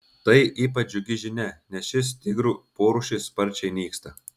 tai ypač džiugi žinia nes šis tigrų porūšis sparčiai nyksta